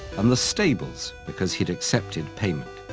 and the stables, because he'd accepted payment.